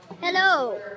Hello